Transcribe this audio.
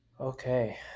okay